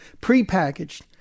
pre-packaged